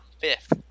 Fifth